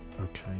okay